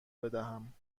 بدهم